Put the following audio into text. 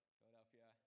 Philadelphia